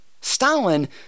Stalin